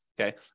okay